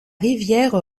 rivière